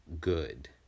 good